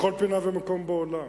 בכל פינה ומקום בעולם.